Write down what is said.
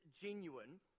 genuine